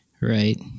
Right